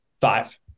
Five